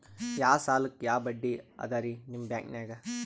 ಯಾ ಸಾಲಕ್ಕ ಯಾ ಬಡ್ಡಿ ಅದರಿ ನಿಮ್ಮ ಬ್ಯಾಂಕನಾಗ?